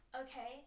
Okay